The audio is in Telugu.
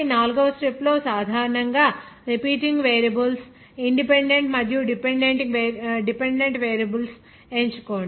4 వ స్టెప్ లో సాధారణంగా రిపీటింగ్ వేరియబుల్స్ ఇన్ డిపెండెంట్ మరియు డిపెండెంట్ వేరియబుల్స్ ఎంచుకోండి